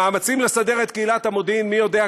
המאמצים לסדר את קהילת המודיעין,